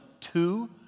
two